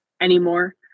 anymore